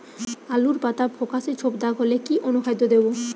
আলুর পাতা ফেকাসে ছোপদাগ হলে কি অনুখাদ্য দেবো?